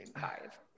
five